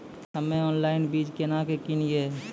हम्मे ऑनलाइन बीज केना के किनयैय?